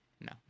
No